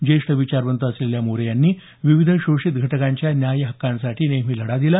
ज्येष्ठ विचारवंत असलेल्या मोरे यांनी विविध शोषित घटकांच्या न्याय्य हक्कांसाठी नेहमी लढा दिला